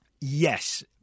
Yes